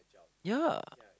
yea